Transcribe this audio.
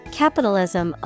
capitalism